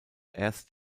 erst